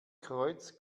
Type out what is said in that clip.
kreuz